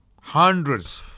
Hundreds